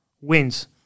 wins